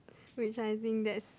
which I think that's